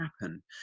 happen